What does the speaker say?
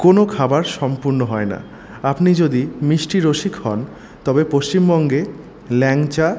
কোনো খাবার সম্পূর্ণ হয় না আপনি যদি মিষ্টি রসিক হন তবে পশ্চিমবঙ্গে ল্যাংচা